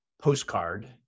postcard